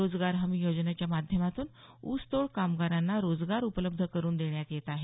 रोजगार हमी योजनेच्या माध्यमातून ऊसतोड कामगारांना रोजगार उपलब्ध करून देण्यात येत आहे